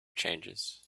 changes